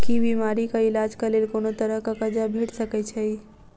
की बीमारी कऽ इलाज कऽ लेल कोनो तरह कऽ कर्जा भेट सकय छई?